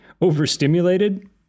Overstimulated